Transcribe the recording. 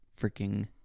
freaking